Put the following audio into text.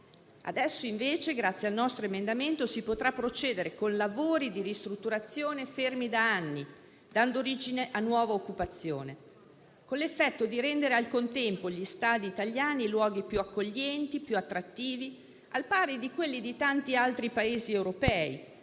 Adesso, grazie al nostro emendamento, si potrà procedere con lavori di ristrutturazione fermi da anni, dando origine a nuova occupazione, con l'effetto di rendere al contempo gli stadi italiani luoghi più accoglienti e attrattivi, al pari di quelli di tanti altri Paesi europei,